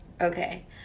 okay